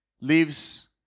lives